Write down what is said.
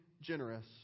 generous